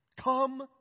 Come